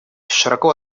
широко